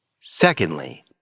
Secondly